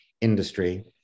industry